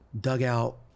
dugout